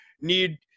need –